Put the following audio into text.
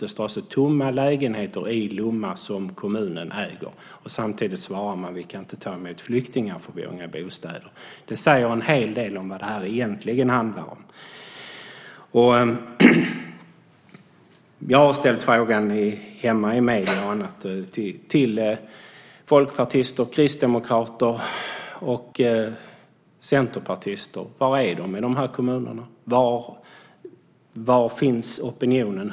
Det står alltså tomma lägenheter som kommunen äger i Lomma. Samtidigt svarar man att man inte kan ta emot flyktingar eftersom man inte har några bostäder. Det säger en hel del om vad detta egentligen handlar om. Jag har ställt frågan hemma i medierna till folkpartister, kristdemokrater och centerpartister. Var är de i de här kommunerna? Var finns opinionen?